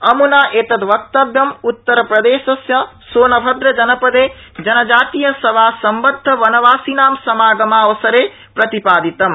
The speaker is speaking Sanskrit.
अम्ना एतद्वक्तव्यं उत्तरप्रदेशस्य सोनभद्रजनपदे जनजातीय सभा सम्बद्धवनवासीनां समागमावसरे प्रतिपादितम्